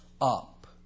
up